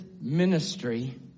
ministry